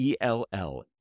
ELL